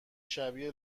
شبیه